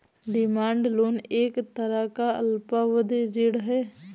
demand loan एक तरह का अल्पावधि ऋण है